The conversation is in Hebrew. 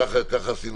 כך עשינו תמיד.